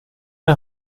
her